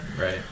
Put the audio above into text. Right